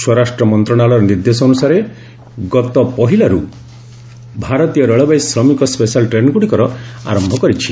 ସ୍ୱରାଷ୍ଟ୍ର ମନ୍ତ୍ରଣାଳୟର ନିର୍ଦ୍ଦେଶାନୁସାରେ ଗତ ପହିଲାରୁ ଭାରତୀୟ ରେଳବାଇ ଶ୍ରମିକ ସ୍ବେଶାଲ୍ ଟ୍ରେନ୍ଗୁଡ଼ିକର ଆରମ୍ଭ କରିଛି